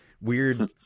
Weird